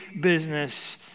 business